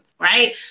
Right